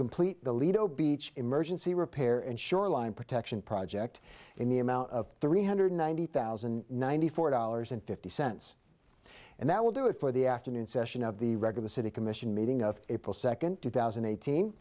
complete the lido beach emergency repair and shoreline protection project in the amount of three hundred ninety thousand and ninety four dollars and fifty cents and that will do it for the afternoon session of the record the city commission meeting of april second two thousand and eighteen